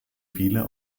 viele